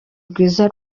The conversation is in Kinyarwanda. rwiza